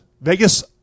Vegas